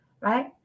right